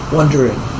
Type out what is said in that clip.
Wondering